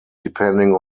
depending